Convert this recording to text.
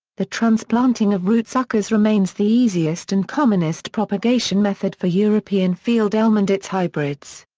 the transplanting of root-suckers remains the easiest and commonest propagation-method for european field elm and its hybrids.